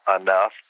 enough